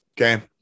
Okay